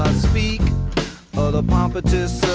speak of the pompatus